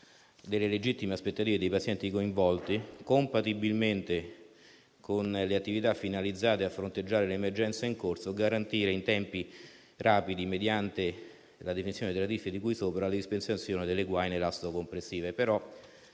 delle legittime aspettative dei pazienti coinvolti, compatibilmente con le attività finalizzate a fronteggiare l'emergenza in corso, garantire in tempi rapidi, mediante la definizione delle tariffe di cui sopra, la dispensazione delle guaine elasto-compressive.